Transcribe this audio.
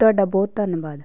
ਤੁਹਾਡਾ ਬਹੁਤ ਧੰਨਵਾਦ